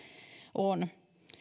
on